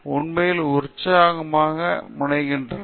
உண்மையில் உற்சாகமான முனைகின்றனர்